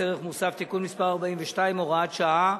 ערך מוסף (תיקון מס' 42 והוראת שעה),